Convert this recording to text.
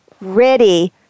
ready